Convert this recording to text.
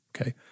Okay